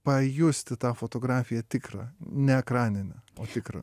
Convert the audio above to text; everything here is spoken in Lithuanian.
pajusti tą fotografiją tikrą ne ekraninę o tikrą